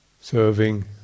serving